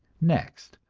next,